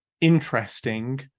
interesting